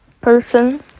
person